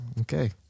Okay